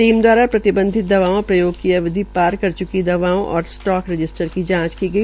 team द्वारा प्रतिबंधित दवाओं प्रयोग की अवधि पार च्की दवाओं तथा स्टाक रजिस्टर की जांच की गई